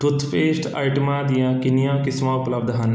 toothpaste ਆਈਟਮਾਂ ਦੀਆਂ ਕਿੰਨੀਆਂ ਕਿਸਮਾਂ ਉਪਲਬਧ ਹਨ